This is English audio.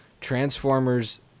Transformers